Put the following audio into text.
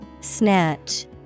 Snatch